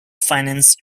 financed